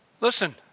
Listen